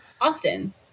often